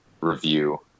review